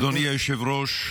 אדוני היושב-ראש,